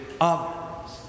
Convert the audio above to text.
others